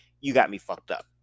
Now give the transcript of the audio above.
you-got-me-fucked-up